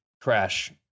crash